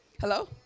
hello